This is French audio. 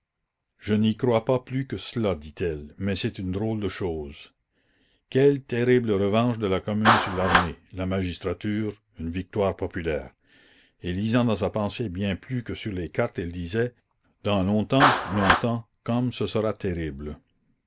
je n'y crois pas plus que cela dit-elle mais c'est une drôle de chose quelle terrible revanche de la commune sur l'armée la magistrature une victoire populaire et lisant dans sa pensée bien plus que sur les cartes elle disait dans longtemps longtemps comme ce sera terrible